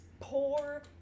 poor